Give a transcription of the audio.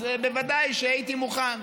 אז ודאי שהייתי מוכן.